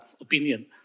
opinion